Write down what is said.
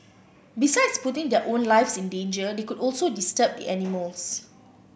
besides putting their own lives in danger they could also disturb the animals